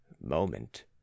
moment